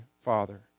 Father